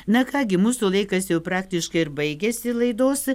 na ką gi mūsų laikas jau praktiškai ir baigėsi laidos